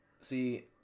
See